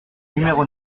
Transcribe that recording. numéro